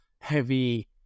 heavy